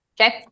Okay